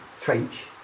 trench